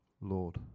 Lord